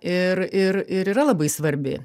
ir ir ir yra labai svarbi